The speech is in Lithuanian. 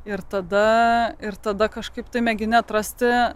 ir tada ir tada kažkaip tai mėgini atrasti